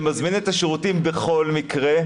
שמזמין את השירותים בכל מקרה,